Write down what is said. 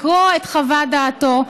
לקרוא את חוות דעתו.